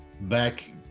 back